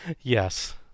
Yes